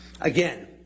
again